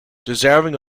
deserving